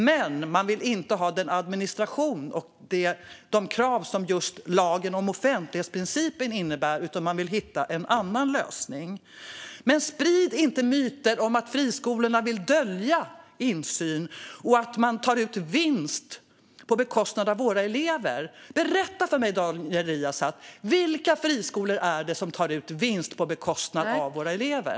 Men man vill inte ha den administration och de krav som lagen om offentlighetsprincipen innebär, utan man vill hitta en annan lösning. Sprid inte myter om att friskolorna vill hindra insyn och att man tar ut vinst på bekostnad av våra elever! Berätta för mig, Daniel Riazat, vilka friskolor som tar ut vinst på bekostnad av våra elever!